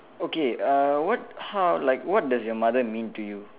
okay uh what how like what does your mother mean to you